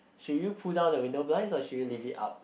should you pull down the window blinds or should you leave it up